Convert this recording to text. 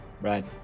right